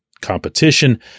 competition